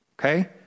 okay